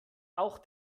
auch